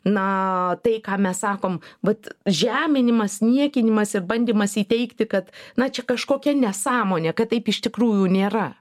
na tai ką mes sakom vat žeminimas niekinimas ir bandymas įteigti kad na čia kažkokia nesąmonė kad taip iš tikrųjų nėra